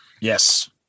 Yes